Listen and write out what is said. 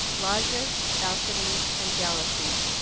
loggias, balconies, and jalousies,